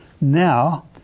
Now